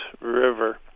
River